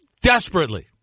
desperately